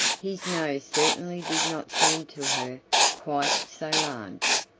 his nose certainly did not seem to her quite so large.